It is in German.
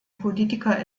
politiker